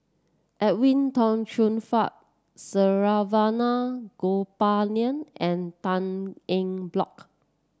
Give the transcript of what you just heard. Edwin Tong Chun Fai Saravanan Gopinathan and Tan Eng Bock